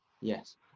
Yes